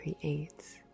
creates